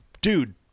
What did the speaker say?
Dude